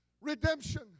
redemption